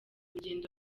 urugendo